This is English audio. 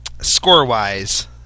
Score-wise